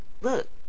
Look